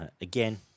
Again